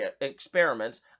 experiments